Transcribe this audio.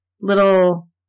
little